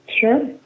Sure